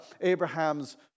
Abraham's